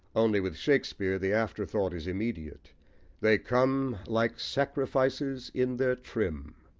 only, with shakespeare, the afterthought is immediate they come like sacrifices in their trim.